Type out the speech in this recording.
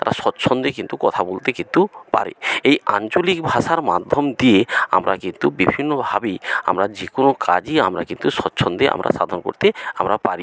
তারা স্বাচ্ছন্দে কিন্তু কথা বলতে কিন্তু পারে এই আঞ্চলিক ভাষার মাধ্যম দিয়ে আমরা কিন্তু বিভিন্নভাবেই আমরা যে কোনো কাজই আমরা কিন্তু স্বাচ্ছন্দে আমরা সাধন করতে আমরা পারি